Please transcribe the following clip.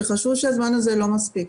שחשבו שהזמן הזה לא מספיק